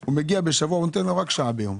הוא מגיע בשבוע והוא נותן לו רק שעה ביום,